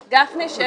גפני, שאלה.